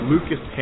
Lucas